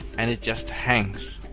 and it just hangs,